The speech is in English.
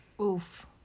Oof